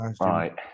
Right